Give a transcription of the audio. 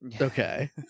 Okay